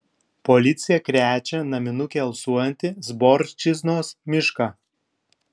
policija krečia naminuke alsuojantį zborčiznos mišką